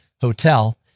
hotel